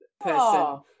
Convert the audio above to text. person